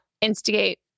instigate